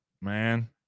man